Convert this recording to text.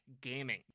gaming